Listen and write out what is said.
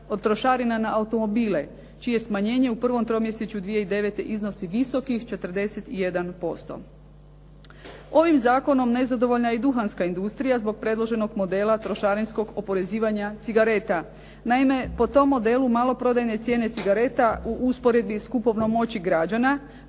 od trošarina na automobile, čije smanjenje u prvom tromjesečju 2009. iznosi visokih 41%. Ovim zakonom nezadovoljna je i duhanska industrija zbog predloženog modela trošarinskog oporezivanja cigareta. Naime, po tom modelu maloprodajne cijene cigareta u usporedbi s kupovnom moći građana